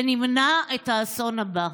ונמנע את האסון הבא.